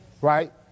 Right